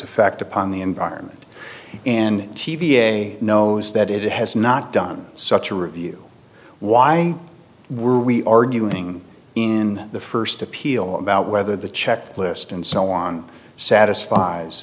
effect upon the environment in t v a knows that it has not done such a review why were we arguing in the first appeal about whether the check list and so on satisfies